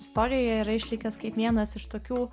istorijoje yra išlikęs kaip vienas iš tokių